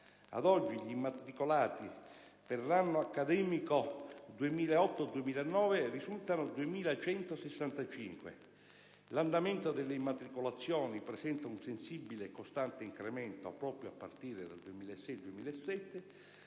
ad oggi, gli immatricolati per l'anno accademico 2008-2009 risultano 2.165; l'andamento delle immatricolazioni presenta un sensibile e costante incremento proprio a partire dal 2006-2007,